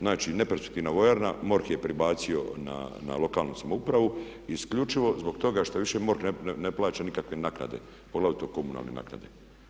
Znači neperspektivna vojarna, MORH je prebacio na lokalnu samoupravu isključivo zbog toga što više MORH ne plaća nikakve naknade poglavito komunalne naknade.